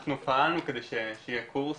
אנחנו פעלנו כדי שיהיה קורס,